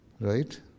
Right